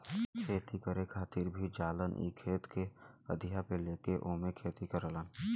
खेती करे खातिर भी जालन इ खेत के अधिया पे लेके ओमे खेती करलन